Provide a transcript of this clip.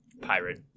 pirate